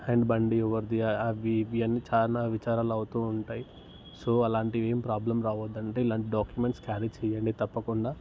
and బండి ఎవరిది అవి ఇవి అని చాలా విచారాలు అవుతూ ఉంటాయి సో అలాంటివి ఏమి ప్రాబ్లమ్స్ రావద్దంటే ఇలాంటివి డాక్యుమెంట్స్ క్యారీ చేయండి తప్పకుండా